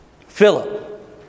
Philip